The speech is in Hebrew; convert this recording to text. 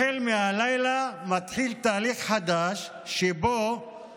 החל מהלילה מתחיל תהליך חדש שבו